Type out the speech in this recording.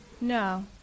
No